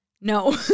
No